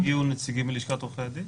האם לא הגיעו נציגים מלשכת עורכי הדין?